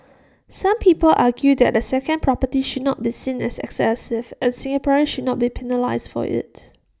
some people argue that A second property should not be seen as excessive and Singaporeans should not be penalised for IT